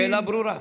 השאלה ברורה.